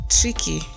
tricky